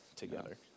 together